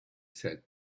said